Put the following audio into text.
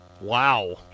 Wow